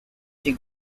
she